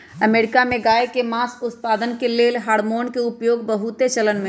America में गायके मास उत्पादन के लेल हार्मोन के उपयोग बहुत चलनमें हइ